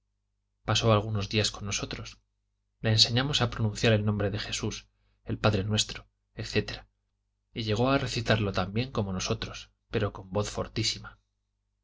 pasó algunos días con nosotros le enseñamos a pronunciar el nombre de jesús el padrenuestro etc y llegó a recitarlo tan bien como nosotros pero con voz fortísima